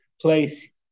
place